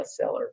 bestseller